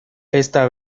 esta